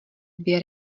dvě